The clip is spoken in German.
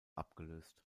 abgelöst